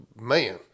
man